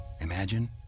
imagine